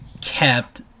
kept